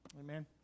Amen